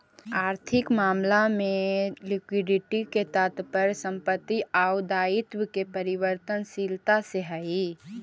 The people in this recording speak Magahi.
आर्थिक मामला में लिक्विडिटी के तात्पर्य संपत्ति आउ दायित्व के परिवर्तनशीलता से हई